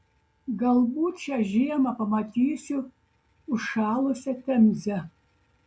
galbūt šią žiemą pamatysiu užšalusią temzę